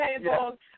tables